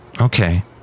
Okay